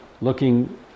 looking